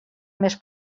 més